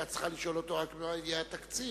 היתה צריכה לשאול אותו רק מאין יהיה התקציב,